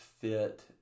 fit